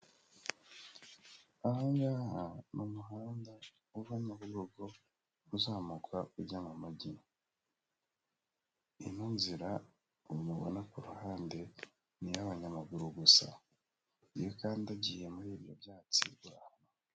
Aha ngaha ni umuhanda uva Nyabugogo uzamuka ujya mu mujyi. Ino nzira mubona ku ruhande, ni iy'abanyamaguru gusa. Iyo ukandagiye muri ibyo byatsi urahanwa.